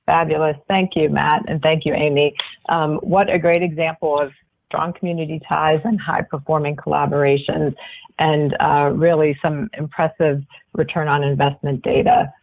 fabulous, thank you, matt, and thank you, amy. what a great example of strong community ties and high-performing collaboration and really some impressive return on investment data.